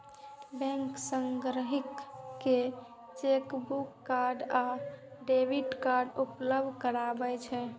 bank ग्राहक कें checkbook, credit आ डेबिट कार्ड उपलब्ध करबै छै